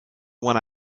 when